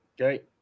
Okay